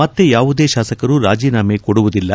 ಮತ್ತೆ ಯಾವುದೇ ಶಾಸಕರು ರಾಜೀನಾಮೆ ಕೊಡುವುದಿಲ್ಲ